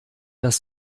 das